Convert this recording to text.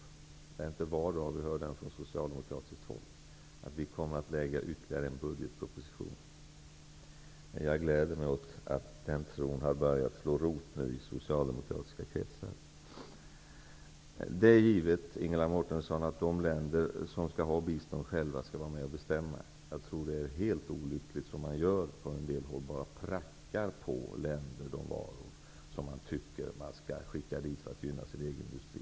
Det är inte var dag vi hör från socialdemokratin att vi kommer att lägga fram ytterligare en budgetproposition. Jag gläder mig åt att den tron har börjat slå rot i socialdemokratiska kretsar. Det är givet, Ingela Mårtensson, att de länder som får bistånd själva skall vara med och bestämma. Jag tror att det är helt olyckligt, som man gör från en del håll, att bara pracka på länder de varor som man tycker att man skall skicka dit, för att gynna sin egen industri.